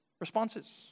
responses